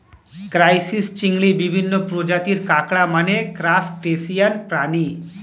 crisis, চিংড়ি, বিভিন্ন প্রজাতির কাঁকড়া মানে ক্রাসটেসিয়ান প্রাণী